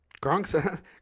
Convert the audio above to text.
Gronk's